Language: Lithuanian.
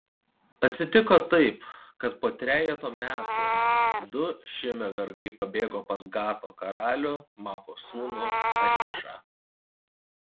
atsitiko taip kad po trejeto metų du šimio vergai pabėgo pas gato karalių maakos sūnų achišą